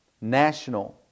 National